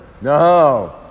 No